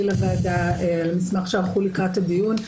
לוועדה על המסמך שערכו לקראת הדיון.